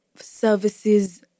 services